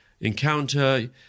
encounter